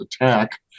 attack